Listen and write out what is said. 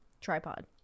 tripod